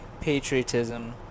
patriotism